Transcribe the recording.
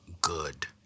good